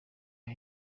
aho